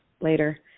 later